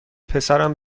پسرم